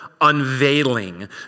unveiling